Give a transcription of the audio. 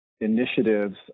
initiatives